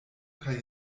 kaj